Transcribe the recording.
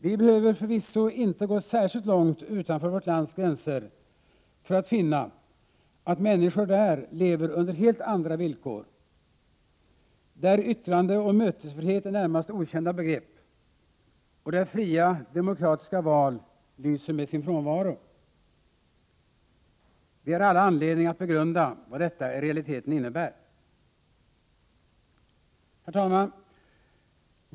Vi behöver förvisso inte gå särskilt långt utanför vårt lands gränser för att finna att människor lever under helt andra villkor, där yttrandeoch mötesfrihet är närmast okända begrepp och där fria, demokratiska val lyser med sin frånvaro. Vi har all anledning att begrunda vad detta i realiteten innebär. Herr talman!